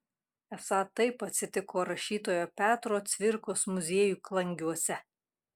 esą taip atsitiko rašytojo petro cvirkos muziejui klangiuose